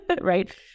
right